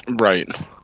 Right